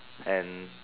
and